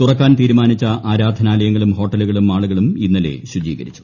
തുറക്കാൻ തീരുമാനിച്ച ആരാധനാലയങ്ങളും ഹോട്ടലുകളും മാളുകളും ഇന്നലെ ശുചീകരിച്ചു